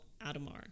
Adamar